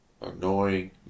annoying